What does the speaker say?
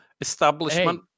establishment